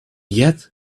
yet